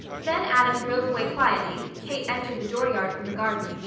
then adam drove away quietly, kate entered the dooryard from the garden,